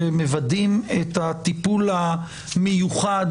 שמוודאים את הטיפול המיוחד